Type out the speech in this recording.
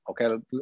Okay